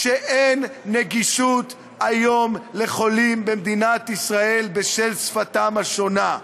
שאין נגישות היום לחולים במדינת ישראל בשל שפתם השונה.